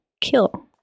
kill